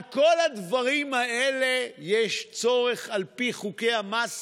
על כל הדברים האלה יש צורך, על פי חוק המס